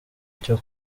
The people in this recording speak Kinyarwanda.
cyo